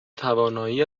توانایی